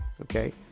okay